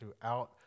throughout